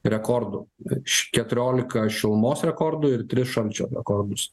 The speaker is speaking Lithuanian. rekordų virš keturioliką šilumos rekordų ir tris šalčio rekordus